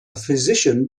physician